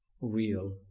real